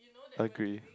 agree